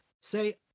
say